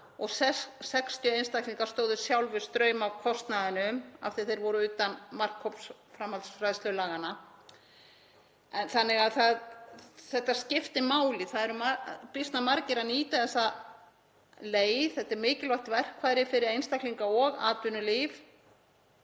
og 60 einstaklingar stóðu sjálfir straum af kostnaðinum af því að þeir voru utan markhóps framhaldsfræðslulaganna. Þetta skiptir máli. Það eru býsna margir að nýta þessa leið. Þetta er mikilvægt verkfæri fyrir einstaklinga og atvinnulíf.